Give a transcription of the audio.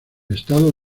estado